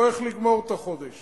לא איך לגמור את החודש?